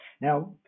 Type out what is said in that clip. now